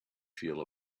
feel